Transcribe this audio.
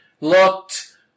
looked